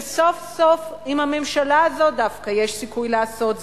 וסוף-סוף עם הממשלה הזאת דווקא יש סיכוי לעשות זאת,